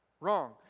Wrong